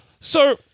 So-